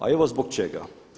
A evo zbog čega.